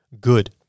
good